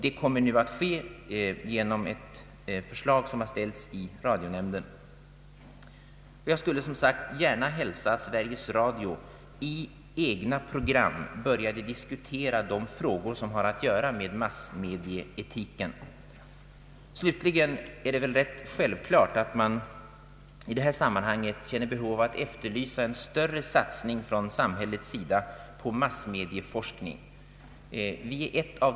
Det kommer nu att ske genom ett beslut som har fattats av Radionämnden. Det är rätt självklart att man i detta sammanhang känner behov av att efterlysa en större satsning från samhällets sida på massmedieforskning.